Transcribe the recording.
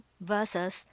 versus